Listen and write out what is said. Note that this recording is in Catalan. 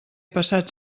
passat